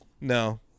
No